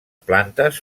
plantes